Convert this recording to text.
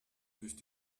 durch